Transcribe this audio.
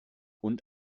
und